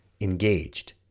Engaged